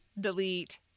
delete